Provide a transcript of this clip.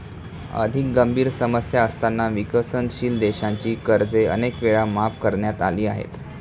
अधिक गंभीर समस्या असताना विकसनशील देशांची कर्जे अनेक वेळा माफ करण्यात आली आहेत